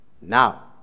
Now